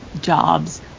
jobs